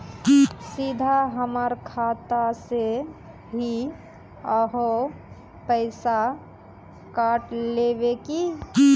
सीधा हमर खाता से ही आहाँ पैसा काट लेबे की?